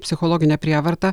psichologinė prievarta